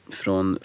från